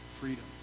freedom